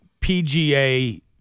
PGA